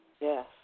Yes